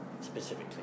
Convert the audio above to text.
specifically